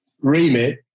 remit